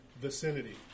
vicinity